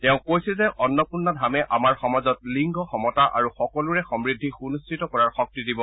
তেওঁ কৈছে যে অন্নপূৰ্ণা ধামে আমাৰ সমাজত লিংগ সমতা আৰু সকলোৰে সমৃদ্ধি সুনিশ্চিত কৰাৰ শক্তি দিব